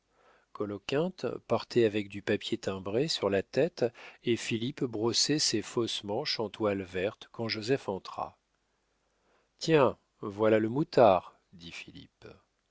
coloquinte partait avec du papier timbré sur la tête et philippe brossait ses fausses manches en toile verte quand joseph entra tiens voilà le moutard dit